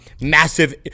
massive